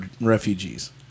refugees